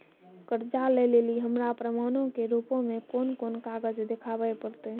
कर्जा लै लेली हमरा प्रमाणो के रूपो मे कोन कोन कागज देखाबै पड़तै?